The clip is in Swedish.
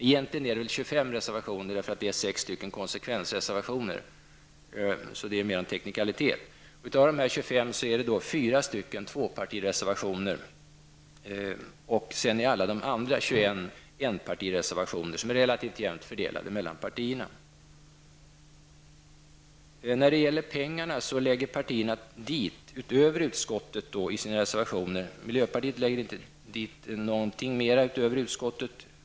Egentligen är det 25 reservationer, för 6 är konsekvensereservationer och alltså mer en teknikalitet. Av de 25 reservationerna är 4 tvåpartireservationer, och de övriga 21 är enpartireservationer, relativt jämnt fördelade mellan partierna. Vad beträffar pengar lägger miljöpartiet inte till något utöver utskottet.